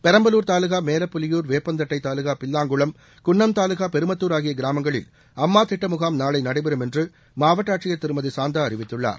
பெரம்பலூர் தாலுகா மேலப்புலியூர் வேப்பந்தட்டை தாலுகா பில்லாங்குளம் குன்னம் தாலுகா பெருமத்தூர் ஆகிய கிராமங்களில் அம்மா திட்ட முகாம் நாளை நடைபெறும் என்று மாவட்ட ஆட்சியர் திருமதி சாந்தா அறிவித்துள்ளார்